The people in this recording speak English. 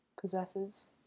possesses